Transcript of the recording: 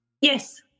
Yes